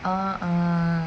mm